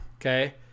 Okay